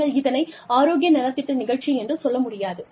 நீங்கள் இதனை ஆரோக்கிய நலத்திட்ட நிகழ்ச்சி என்று சொல்ல முடியாது